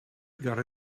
got